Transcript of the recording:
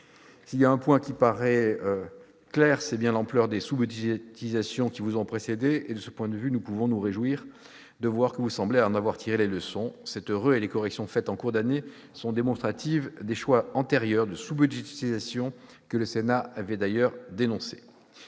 S'il y a un point qui apparaît clairement, c'est bien l'ampleur des précédentes sous-budgétisations. De ce point de vue, nous pouvons nous réjouir de voir que vous semblez en avoir tiré les leçons. C'est heureux, et les corrections faites en cours d'année sont démonstratives des choix antérieurs de sous-budgétisations que le Sénat avait d'ailleurs dénoncées.